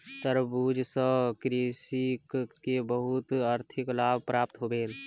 तरबूज सॅ कृषक के बहुत आर्थिक लाभ प्राप्त भेल